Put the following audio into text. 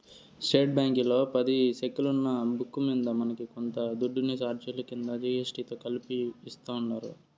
state బ్యాంకీలో పది సెక్కులున్న బుక్కు మింద మనకి కొంత దుడ్డుని సార్జిలు కింద జీ.ఎస్.టి తో కలిపి యాస్తుండారు